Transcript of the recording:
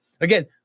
Again